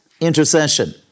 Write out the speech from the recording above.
intercession